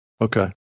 Okay